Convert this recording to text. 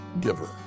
giver